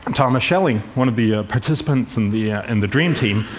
um thomas schelling, one of the participants in the ah and the dream team,